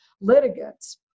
litigants